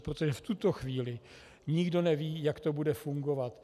Protože v tuto chvíli nikdo neví, jak to bude fungovat.